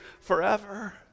forever